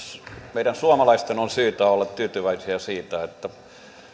meidän suomalaisten on syytä olla tyytyväisiä siitä että